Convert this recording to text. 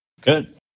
Good